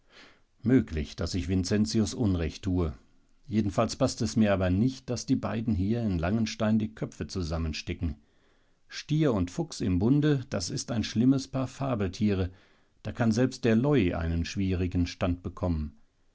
möglich daß ich vincentius unrecht tue jedenfalls paßt es mir aber nicht daß die beiden hier in langenstein die köpfe zusammenstecken stier und fuchs im bunde das ist ein schlimmes paar fabeltiere da kann selbst der leu einen schwierigen stand bekommen